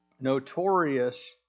notorious